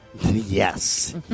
Yes